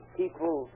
people